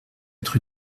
être